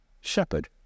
shepherd